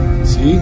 See